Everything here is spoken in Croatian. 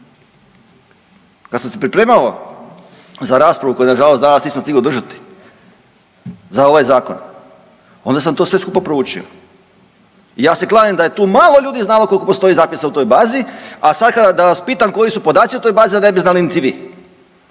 Ja sam se pripremao za raspravu koju na žalost danas nisam stigao održati za ovaj zakon, onda sam to sve skupa proučio. I ja se kladim da je tu malo ljudi znalo koliko postoji zapisa u toj bazi, a sad da vas pitam koji su podaci u toj bazi da ne bi znali niti